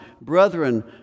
Brethren